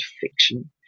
fiction